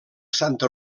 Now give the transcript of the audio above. santa